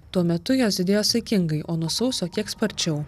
tuo metu jos didėjo saikingai o nuo sausio kiek sparčiau